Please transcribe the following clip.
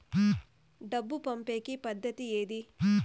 డబ్బు పంపేకి పద్దతి ఏది